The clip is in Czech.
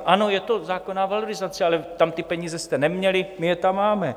Ano, je to zákonná valorizace, ale tam ty peníze jste neměli, my je tam máme.